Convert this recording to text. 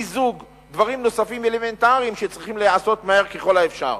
מיזוג ודברים נוספים שצריכים להיעשות מהר ככל האפשר.